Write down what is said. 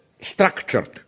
structured